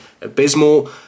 abysmal